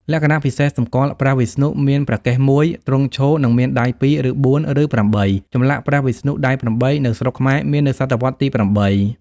លក្ខណៈពិសេសសម្គាល់ព្រះវិស្ណុ មានព្រះកេសមួយ ទ្រង់ឈរ និងមានដៃ២ ឬ៤ ឬ៨ (ចម្លាក់ព្រះវិស្ណុដៃ៨ នៅស្រុកខ្មែរមាននៅសតវត្សទី៨)។